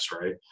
right